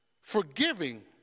forgiving